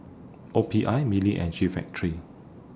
O P I Mili and G Factory